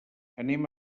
anem